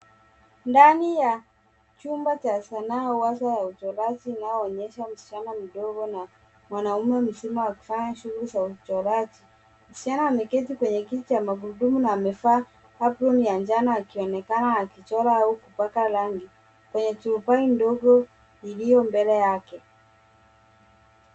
Ndani ya chumba cha sanaa, uwezo wa uchoraji unaoonyesha msichana mdogo na mwanaume mzima wakifanya shughuli za uchoraji. Msichana ameketi kwenye kiti cha magurudumu na amevaa apron ya njano, akionekana akichora au kupaka rangi. Kwenye turubai ndogo iliyo mbele yake.